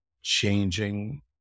changing